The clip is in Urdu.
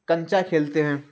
کنچا کھیلتے ہیں